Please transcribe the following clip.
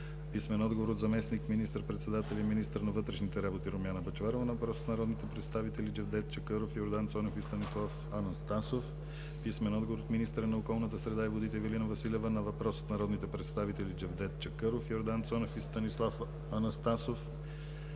писмен отговор от заместник министър-председателя и министър на вътрешните работи Румяна Бъчварова на въпрос от народните представители Джевдет Чакъров, Йордан Цонев и Станислав Анастасов; - писмен отговор от министъра на околната среда и водите Ивелина Василева на въпрос от народните представители Джевдет Чакъров, Йордан Цонев и Станислав Анастасов;